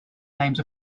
names